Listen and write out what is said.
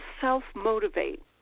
self-motivate